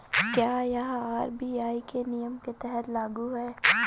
क्या यह आर.बी.आई के नियम के तहत लागू है?